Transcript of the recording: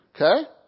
Okay